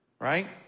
Right